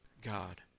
God